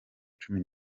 cumi